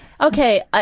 Okay